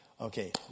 Okay